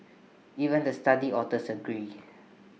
even the study authors agreed